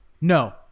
no